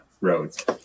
roads